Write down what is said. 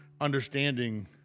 understanding